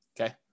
okay